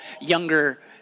younger